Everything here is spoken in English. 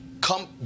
Come